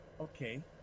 Okay